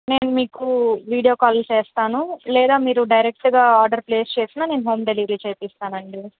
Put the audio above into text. నేను మీకు video call చేస్తాను లేదా మీరు డైరెక్ట్గా ఆర్డర్ ప్లేస్ చేసినా నేను హోమ్ డెలివరీ చేయిస్తానండీ